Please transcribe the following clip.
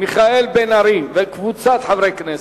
מיכאל בן-ארי וקבוצת חברי הכנסת.